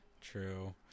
True